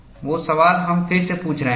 वो सवाल हम फिर से पूछ रहे हैं